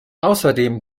außerdem